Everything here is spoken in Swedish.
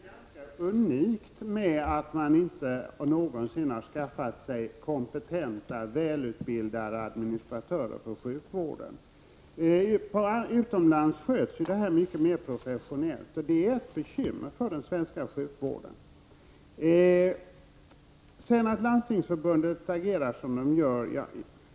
Herr talman! Sverige är ganska unikt på det sättet att man inte någonsin har skaffat sig kompetenta, välutbildade administratörer för sjukvården. Utomlands sköts detta mycket mera professionellt. Det är ett bekymmer för den svenska sjukvården. Jag skall inte svara på att Landstingsförbundet agerar som man gör.